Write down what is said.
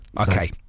Okay